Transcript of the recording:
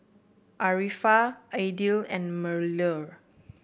Arifa Aidil and Melur